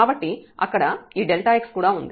కాబట్టి అక్కడ ఈ x కూడా ఉంది